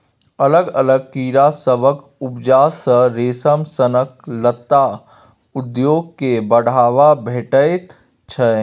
अलग अलग कीड़ा सभक उपजा सँ रेशम सनक लत्ता उद्योग केँ बढ़ाबा भेटैत छै